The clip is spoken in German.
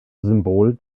symbol